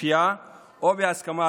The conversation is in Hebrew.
בכפייה או בהסכמה,